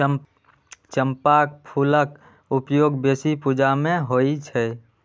चंपाक फूलक उपयोग बेसी पूजा मे होइ छै